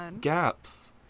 gaps